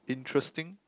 interesting